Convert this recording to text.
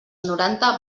noranta